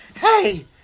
Hey